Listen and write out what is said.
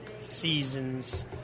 seasons